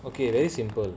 okay very simple